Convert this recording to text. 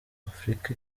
afrika